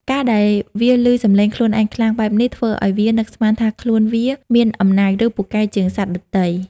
ការដែលវាឮសំឡេងខ្លួនឯងខ្លាំង បែបនេះធ្វើឱ្យវានឹកស្មានថាខ្លួនវាមានអំណាច ឬពូកែជាងសត្វដទៃ។